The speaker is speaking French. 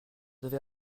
avez